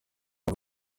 aba